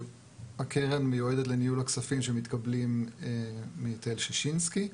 הקרן מיועדת לניהול הכספים שמתקבלים מהיטל שישינסקי,